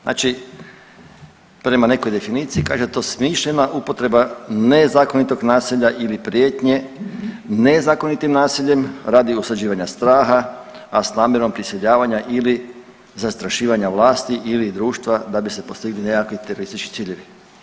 Znači prema nekoj definiciji kaže to je smišljena upotreba nezakonitog nasilja ili prijetnje, nezakonitim nasiljem radi osuđivanja straha a s namjerom prisiljavanja ili zastrašivanja vlasti ili društva da bi se postigli nekakvi teroristički ciljevi.